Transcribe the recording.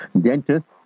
dentist